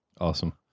Awesome